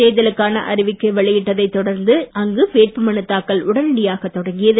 தேர்தலுக்கான அறிவிக்கை வெளியிட்டதை தொடர்ந்து அங்கு வேட்புமனு தாக்கல் உடனடியாக தொடங்கியது